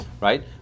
Right